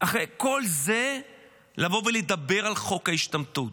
אחרי כל זה לבוא ולדבר על חוק ההשתמטות?